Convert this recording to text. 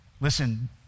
Listen